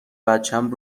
بچم